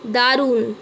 দারুন